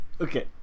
Okay